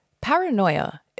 Paranoia